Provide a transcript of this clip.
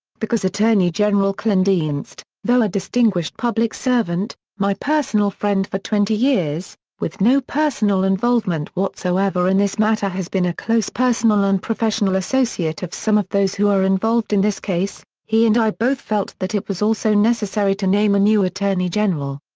because attorney general kleindienst, though a distinguished public servant, my personal friend for twenty years, with no personal involvement whatsoever in this matter has been a close personal and professional associate of some of those who are involved in this case, he and i both felt that it was also necessary to name a new attorney general.